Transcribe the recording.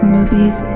Movies